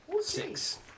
Six